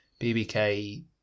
BBK